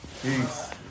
Peace